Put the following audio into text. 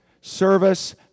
service